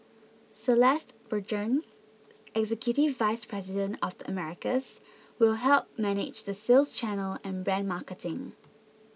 Celeste Burgoyne executive vice president of the Americas will help manage the sales channel and brand marketing